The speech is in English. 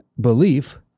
belief